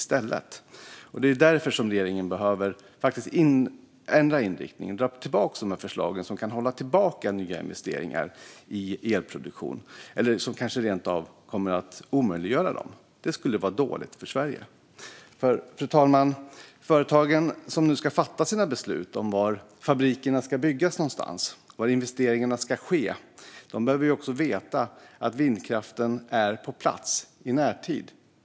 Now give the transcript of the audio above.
Det är därför regeringen behöver ändra inriktning och dra tillbaka de förslag som kan hålla tillbaka nya investeringar i elproduktion eller kanske rent av omöjliggöra dem. Det skulle vara dåligt för Sverige. Fru talman! Företagen som nu ska fatta sina beslut om var fabrikerna ska byggas och var investeringarna ska ske behöver veta att vindkraften är på plats i närtid.